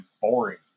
boring